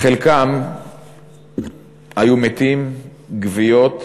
חלקם היו מתים, גוויות